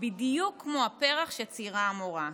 בדיוק כמו הפרח שציירה המורה: